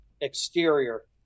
exterior